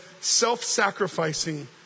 self-sacrificing